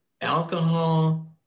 alcohol